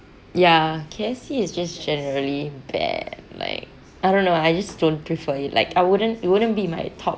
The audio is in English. ya K_F_C is just generally bad like I don't know I just don't prefer it like I wouldn't it wouldn't be my top